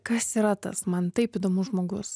kas yra tas man taip įdomus žmogus